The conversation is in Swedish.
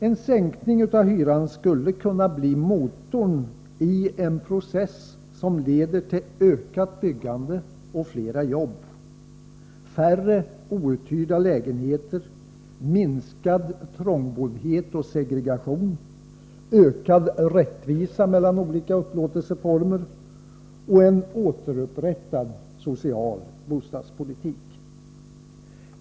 En sänkning av hyran skulle kunna bli motorn i en process som leder till ökat byggande och fler jobb, färre outhyrda lägenheter, minskad trångboddhet och segregation, ökad rättvisa mellan olika upplåtelseformer och en återupprättad social bostadspolitik.